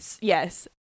yes